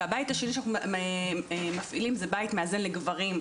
והבית השני שאנחנו מפעילים זה בית מאזן לגברים,